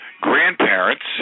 grandparents